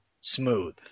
smooth